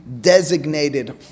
designated